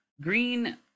green